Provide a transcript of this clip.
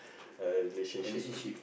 a relationship